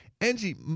angie